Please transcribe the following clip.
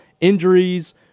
injuries